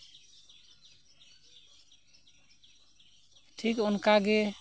ᱴᱷᱤᱠ ᱚᱱᱠᱟᱜᱮ